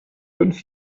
fünf